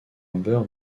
beurre